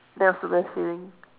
that was the best feeling